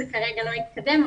זה כרגע לא התקדם,